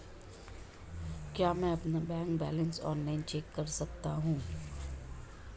क्या मैं अपना बैंक बैलेंस ऑनलाइन चेक कर सकता हूँ?